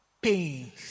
pains